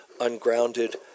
ungrounded